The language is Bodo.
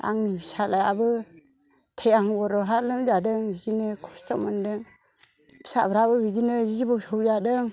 आंनि फिसालायाबो थैहां बरबहां लोमजादों जिनो खस्थ' मोनदों फिसाफ्राबो बिदिनो जिबौ सौजादों